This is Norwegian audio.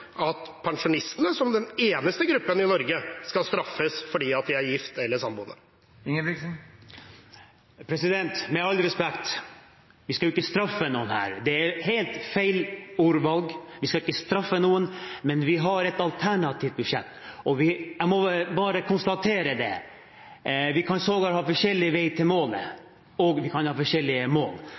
at pensjonistene, som den eneste gruppen i Norge, skal straffes fordi de er gift eller samboende. Med all respekt: Vi skal ikke straffe noen. Det er helt feil ordvalg. Vi skal ikke straffe noen, men vi har et alternativt budsjett. Jeg må bare konstatere det. Vi kan ha forskjellige veier til målet, og vi kan ha forskjellige mål.